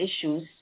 issues